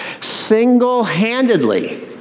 single-handedly